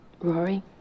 Rory